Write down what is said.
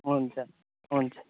हुन्छ हुन्छ